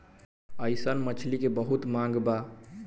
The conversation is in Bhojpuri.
अइसन मछली के बहुते मांग बा